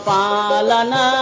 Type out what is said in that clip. Palana